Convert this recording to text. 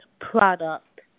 product